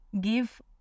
give